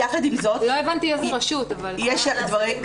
יחד עם זאת, אבל יש דבר אחד שאנחנו יודעים.